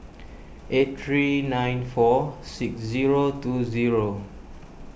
eight three nine four six zero two zero